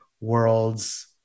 world's